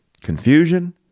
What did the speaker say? confusion